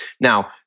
Now